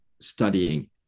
studying